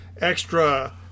extra